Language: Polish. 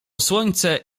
słońce